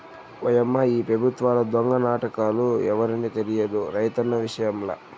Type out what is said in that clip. ఓయమ్మా ఈ పెబుత్వాల దొంగ నాటకాలు ఎవరికి తెలియదు రైతన్న విషయంల